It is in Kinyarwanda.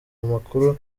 makuru